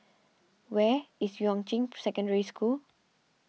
where is Yuan Ching Secondary School